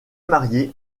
marié